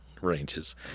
ranges